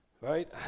right